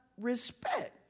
respect